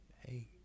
hey